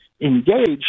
engaged